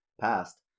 past